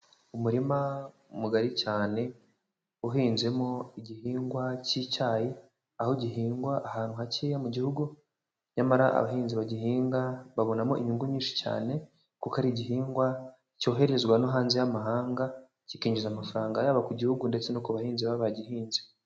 Umurima mugari cyane uhinzemo igihingwa cy'icyayi, aho gihingwa ahantu hakeya mu gihugu, nyamara abahinzi bagihinga babonamo inyungu nyinshi cyane kuko ari igihingwa cyoherezwa no hanze y'amahanga, kikinjiza amafaranga yaba ku gihugu ndetse no ku bahinzi baba bagihinze.